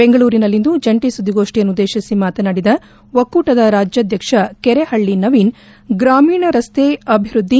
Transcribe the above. ಬೆಂಗಳೂರಿನಲ್ಲಿಂದು ಜಂಟಿ ಸುದ್ಲಿಗೋಷ್ನಿಯನ್ನುದ್ದೇತಿಸಿ ಮಾತನಾಡಿದ ಒಕ್ಕೂಟದ ರಾಜ್ಯಾದ್ದಕ್ಷ ಕೆರೆಹಲ್ಲ ನವೀನ್ ಗ್ರಾಮೀಣ ರಸ್ತೆ ಅಭಿವೃದ್ದಿ